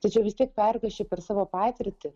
tačiau vis tiek perpieši per savo patirtį